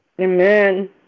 Amen